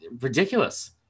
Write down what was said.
ridiculous